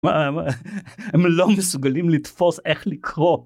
הם לא מסוגלים לתפוס איך לקרוא.